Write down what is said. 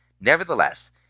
Nevertheless